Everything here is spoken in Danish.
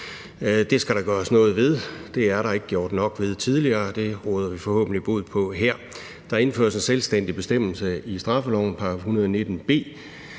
Det skal der gøres noget ved. Det er der ikke gjort nok ved tidligere. Det råder vi forhåbentlig bod på her. Der indføres en selvstændig bestemmelse i straffelovens § 119 b.